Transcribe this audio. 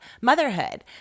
motherhood